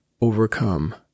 overcome